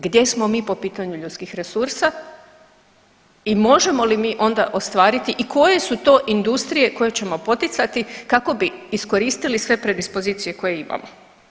Gdje smo mi po pitanju ljudskih resursa i možemo li onda ostvariti i koje su to industrije koje ćemo poticati kako bi iskoristili sve predispozicije koje imamo?